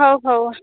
ହଉ ହଉ